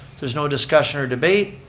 if there's no discussion or debate,